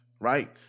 right